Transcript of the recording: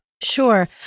Sure